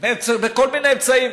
בכל מיני אמצעים.